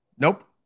Nope